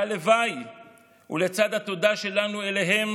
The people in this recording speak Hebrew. הלוואי ולצד התודה שלנו להם